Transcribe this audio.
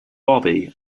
bobby